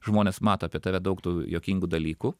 žmonės mato apie tave daug tų juokingų dalykų